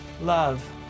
love